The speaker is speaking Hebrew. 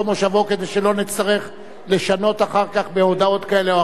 כדי שלא נצטרך לשנות אחר כך מהודעות כאלה או אחרות.